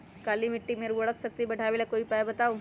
काली मिट्टी में उर्वरक शक्ति बढ़ावे ला कोई उपाय बताउ?